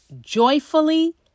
joyfully